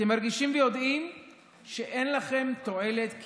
אתם מרגישים ויודעים שאין בכם תועלת,